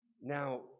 now